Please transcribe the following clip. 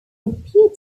reputed